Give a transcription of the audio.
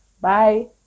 Bye